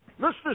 Mr